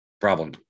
Problem